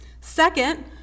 Second